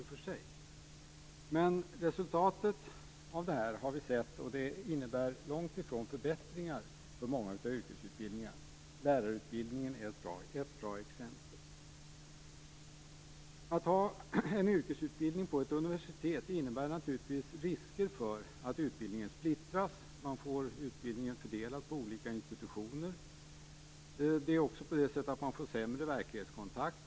Men vi har sett resultatet av detta, och det innebär långt ifrån förbättringar för många av yrkesutbildningarna. Lärarutbildningen är ett bra exempel på det. Att förlägga en yrkesutbildning till ett universitet innebär naturligtvis risker för att utbildningen splittras. Utbildningen kan bli fördelad på olika institutioner. Man får sämre verklighetskontakt.